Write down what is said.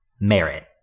merit